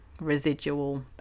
residual